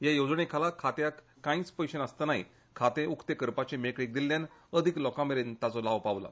ह्या येवजणे खाला खात्यार कांयच पयशे नासतनाय खाते उर्क्ते करपाची मेकळीक दिल्ल्यान अदीक लोकांमेरेन ताचो लाव पावला